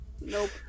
Nope